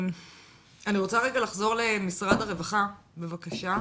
אני רוצה רגע לחזור למשרד הרווחה בבקשה,